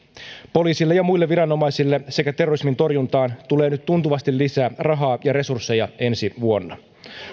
poliisille ja muille viranomaisille sekä terrorismin torjuntaan tulee nyt tuntuvasti lisää rahaa ja resursseja ensi vuonna